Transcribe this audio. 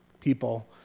people